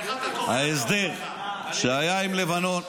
ההסדר שהיה עם לבנון,